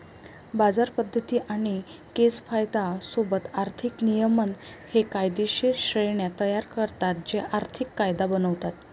बाजार पद्धती आणि केस कायदा सोबत आर्थिक नियमन हे कायदेशीर श्रेण्या तयार करतात जे आर्थिक कायदा बनवतात